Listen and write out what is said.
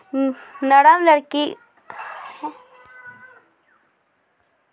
नरम लकड़ी केरो प्रयोग हवाई जहाज, नाव आरु कलाकृति म होय छै